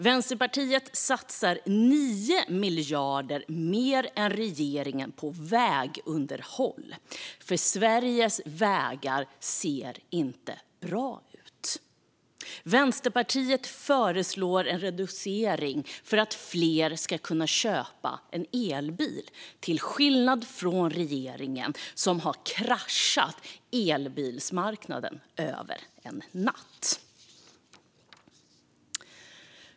Vänsterpartiet satsar 9 miljarder mer än regeringen på vägunderhåll, för Sveriges vägar ser inte bra ut. Vänsterpartiet föreslår en reducering för att fler ska kunna köpa en elbil - till skillnad från regeringen, som har kraschat elbilsmarknaden över en natt.